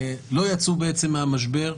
הם לא יצאו בעצם מהמשבר.